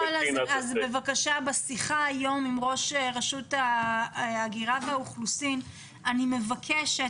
בשיחה עם ראש רשות ההגירה והאוכלוסין אני מבקשת,